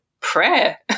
prayer